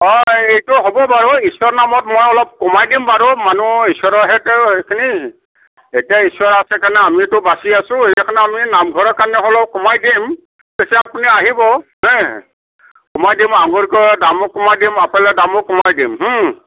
অঁ এইটো হ'ব বাৰু ঈশ্ৱৰৰ নামত মই অলপ কমাই দিম বাৰু মানুহ ঈশ্বৰৰহে তেওঁ এইখিনি এতিয়া ঈশ্ৱৰ আছে কাৰণে আমিওতো বাছি আছো সেইকাৰণে আমি নামঘৰৰ কাৰণে হ'লেও কমাই দিম পিছে আপুনি আহিব কমাই দিম আঙুৰতো দামো কমাই দিম আপেলৰ দামো কমাই দিম